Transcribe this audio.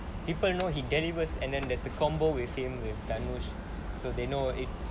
people you know he delivers and then there's the combination with him with dhanush so they know it